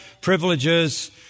privileges